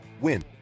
win